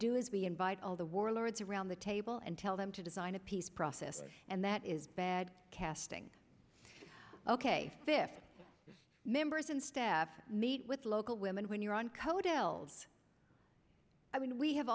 do is we invite all the warlords around the table and tell them to design a peace process and that is bad casting ok fifty members and staff meet with local women when you're on code elves i mean we have